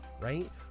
right